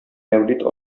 мәүлид